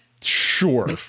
Sure